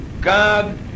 God